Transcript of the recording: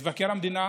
מבקר המדינה